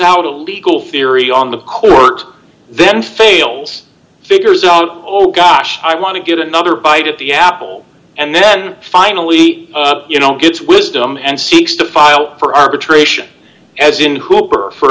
out a legal theory on the court then fails figures all over gosh i want to get another bite at the apple and then finally you know gets wisdom and seeks to file for arbitration as in